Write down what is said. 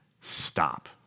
stop